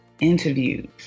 interviews